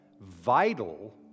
vital